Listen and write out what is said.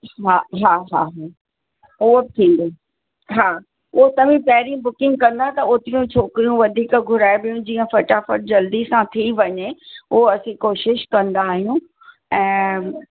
हा हा हा हम्म ओके हा उहो तव्हां पहिरीं बुकिंग कंदा त ओतिरियूं छोकिरियूं वधीक घुराएबियूं जीअं फ़टाफ़ट जल्दी सां थी वञे उहा असीं कोशिशि कंदा आहियूं ऐं